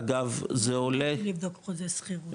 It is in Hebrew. מה זה בלי לבדוק חוזה שכירות?